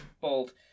Bold